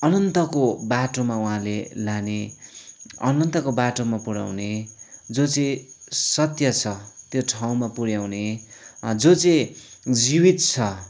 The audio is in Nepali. अनन्तको बाटोमा उहाँले लाने अनन्तको बाटोमा पुराउने जो चाहिँ सत्य छ त्यो ठाउँमा पुऱ्याउने जो चाहिँ जिवित छ